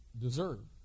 deserve